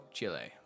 Chile